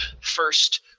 first